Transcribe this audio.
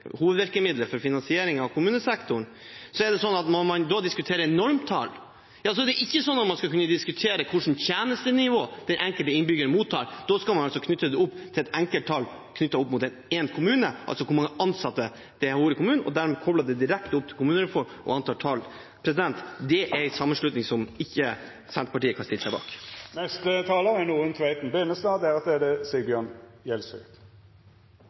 når man diskuterer normtall, skal kunne diskutere hvilket tjenestenivå den enkelte innbygger mottar. Da skal man knytte det til et enkelttall knyttet til en kommune – altså hvor mange ansatte det er i kommunen. Dermed kobler en det opp til kommunereformen og til tall. Det er en sammenkobling som Senterpartiet ikke kan stille seg bak. Det er mange ting en kunne ha lyst til å kommentere så langt ute i debatten. Jeg er